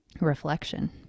reflection